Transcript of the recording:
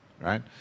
right